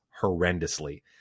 horrendously